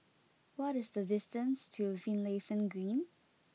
what is the distance to Finlayson Green